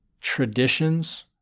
traditions